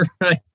right